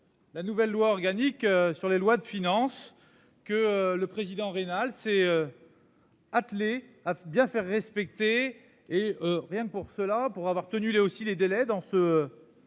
La nouvelle loi organique sur les lois de finances que le président rénale s'est. Attelé à bien faire respecter et rien que pour cela pour avoir tenu les aussi les délais dans ce.